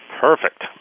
Perfect